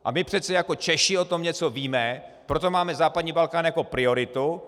A my přece jako Češi o tom něco víme, proto máme západní Balkán jako prioritu.